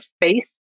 faith